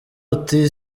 uti